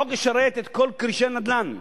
החוק ישרת את כל כרישי הנדל"ן.